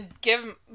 give